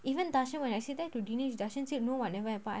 even dasson when I say that to dinesh dasson say no [what] never happen